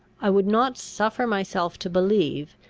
i would not suffer myself to believe,